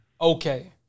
Okay